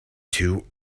too